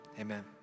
Amen